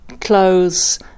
clothes